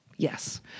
Yes